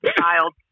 child